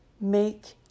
make